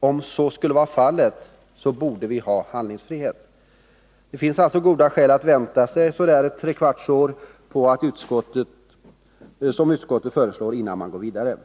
Om så skulle vara fallet, måste vi ha handlingsfrihet. Det finns alltså goda skäl att vänta det trekvarts år som utskottet föreslår, innan man går vidare.